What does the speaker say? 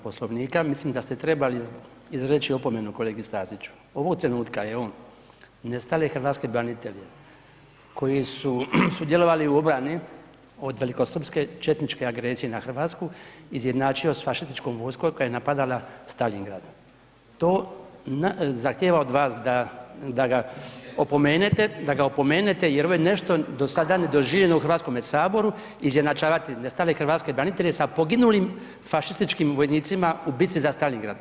Poslovnika, mislim da ste trebali izreći opomenu kolegi Staziću, ovog trenutka je on nestale Hrvatske branitelje koji su sudjelovali u obrani od velikosrpske četničke agresije na Hrvatsku izjednačio sa fašističkom vojskom koja ne napadala Staljingrad, to zahtijeva od vas da ga opomenete, da ga opomenete jer ovo je nešto do sada nedoživljeno u Hrvatskome saboru, izjednačavati nestale Hrvatske branitelje sa poginulim fašističkim vojnicima u bici za Staljingrad.